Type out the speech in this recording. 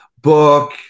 book